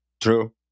True